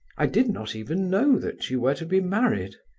i did not even know that you were to be married.